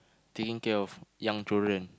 taking care of young children